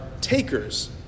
takers